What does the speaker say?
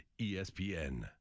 ESPN